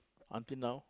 until now